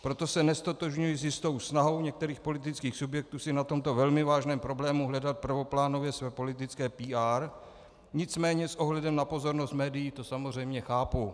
Proto se neztotožňuji s jistou snahou některých politických subjektů si na tomto velmi vážném problému hledat prvoplánově své politické PR, nicméně s ohledem na pozornost médií to samozřejmě chápu.